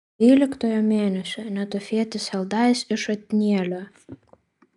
dvyliktojo mėnesio netofietis heldajas iš otnielio